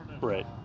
right